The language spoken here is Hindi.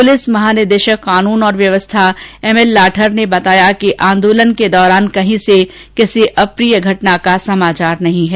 पुलिस महानिदेशक कानून और व्यवस्था एम एल लाठर ने बताया कि आंदोलन के दौरान कहीं से अप्रिय घटना का कोई समाचार नहीं है